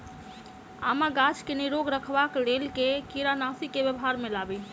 आमक गाछ केँ निरोग रखबाक लेल केँ कीड़ानासी केँ व्यवहार मे लाबी?